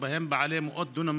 ובהם בעלי מאות דונמים